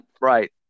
right